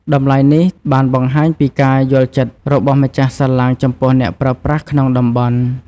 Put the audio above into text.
តម្លៃនេះបានបង្ហាញពីការយល់ចិត្តរបស់ម្ចាស់សាឡាងចំពោះអ្នកប្រើប្រាស់ក្នុងតំបន់។